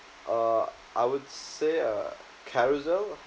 uh I would say uh carousell